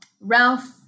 Ralph